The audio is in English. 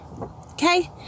okay